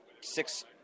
six